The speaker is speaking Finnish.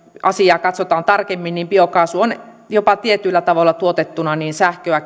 asiaa katsotaan tarkemmin niin biokaasu tietyillä tavoilla tuotettuna on jopa sähköä